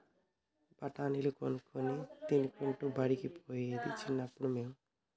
బఠాణీలు కొనుక్కొని తినుకుంటా బడికి పోయేది చిన్నప్పుడు మేము